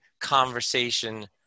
conversation